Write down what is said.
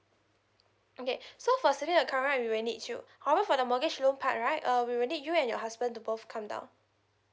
okay so for saving account right we will need you however for the mortgage loan part right uh we will need you and your husband to both come down